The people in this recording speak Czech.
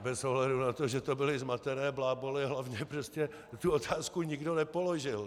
Bez ohledu na to, že to byly zmatené bláboly, hlavně prostě tu otázku nikdo nepoložil.